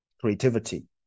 creativity